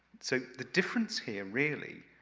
so, the difference here really,